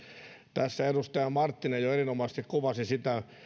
tässä edustaja marttinen jo erinomaisesti kuvasi sitä